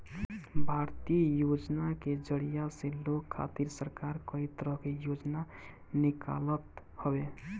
भारतीय योजना के जरिया से लोग खातिर सरकार कई तरह के योजना निकालत हवे